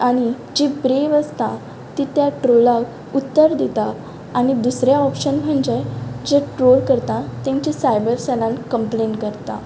आनी जी ब्रेव्ह आसता तीं त्या ट्रोलाक उत्तर दितात आनी दुसरें ऑपशन म्हणजे जे ट्रोल करता तेंचे सायबर सेलांत कंप्लेन करतात